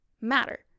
matter